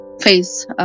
face